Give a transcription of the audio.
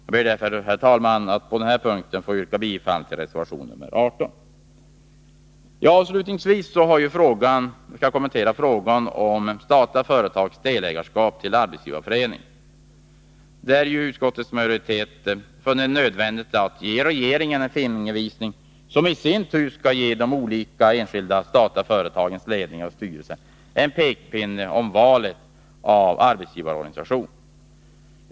Jag ber därför, herr talman, att på den här punkten få yrka bifall till reservation nr 18. Avslutningsvis skall jag kommentera frågan om statliga företags medlemskap i Arbetsgivareföreningen. Utskottets majoritet har funnit det nödvändigt att ge regeringen en fingervisning, som i sin tur skall ge de olika enskilda statliga företagens ledningar och styrelser en pekpinne när det gäller valet av arbetsgivarorganisation.